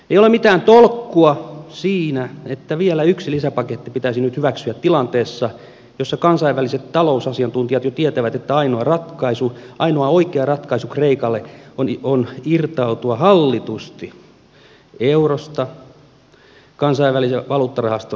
ei ole mitään tolkkua siinä että vielä yksi lisäpaketti pitäisi nyt hyväksyä tilanteessa jossa kansainväliset talousasiantuntijat jo tietävät että ainoa ratkaisu ainoa oikea ratkaisu kreikalle on irtautua hallitusti eurosta kansainvälisen valuuttarahaston avulla